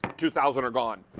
two thousand are gone.